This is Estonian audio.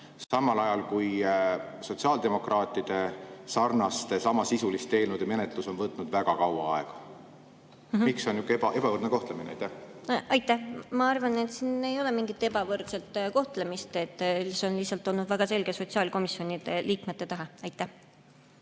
samal ajal kui sotsiaaldemokraatide samasisuliste eelnõude menetlus on võtnud väga kaua aega? Miks on ebavõrdne kohtlemine? Aitäh! Ma arvan, et siin ei ole mingit ebavõrdset kohtlemist, see on lihtsalt olnud väga selge sotsiaalkomisjoni liikmete tahe. Aitäh!